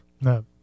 No